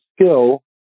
skill